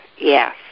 yes